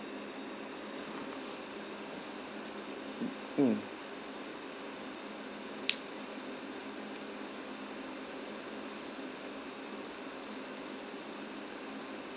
mm